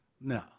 No